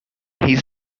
his